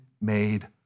made